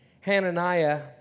Hananiah